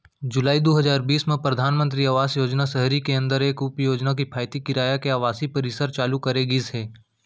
जुलाई दू हजार बीस म परधानमंतरी आवास योजना सहरी के अंदर एक उपयोजना किफायती किराया के आवासीय परिसर चालू करे गिस हे